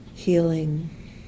Healing